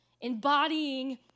Embodying